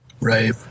Right